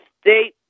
state